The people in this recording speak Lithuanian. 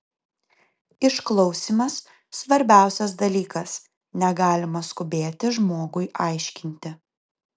išklausymas svarbiausias dalykas negalima skubėti žmogui aiškinti